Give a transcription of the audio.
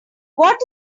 what